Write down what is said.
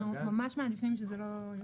אנחנו מנמש מעדיפים שזה לא יהיה.